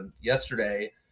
yesterday